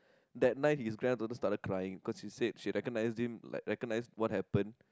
that night his granddaughter started crying cause he said she recognised him recognised what happen